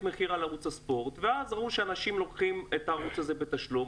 מחיר על ערוץ הספורט ואז ראו שאנשים לוקחים את הערוץ הזה בתשלום,